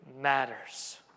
matters